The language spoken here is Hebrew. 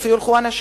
לאן ילכו האנשים?